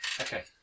Okay